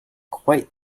quite